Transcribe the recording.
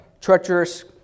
treacherous